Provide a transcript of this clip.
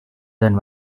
than